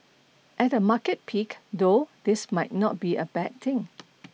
at a market peak though this might not be a bad thing